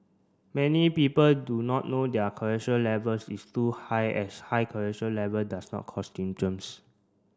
many people do not know their cholesterol levels is too high as high cholesterol level does not cause symptoms